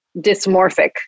dysmorphic